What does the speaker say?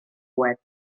coet